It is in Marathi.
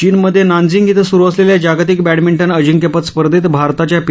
चीनमध्ये नान्जिंग िि सुरु असलेल्या जागतिक बॅडमिंटन अजिंक्यपद स्पर्धेत भारताच्या पी